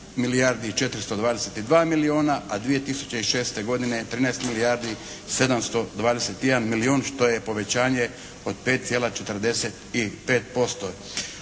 milijardi i 422 milijuna, a 2006. godine 13 milijardi 721 milijun što je povećanje od 5,45%.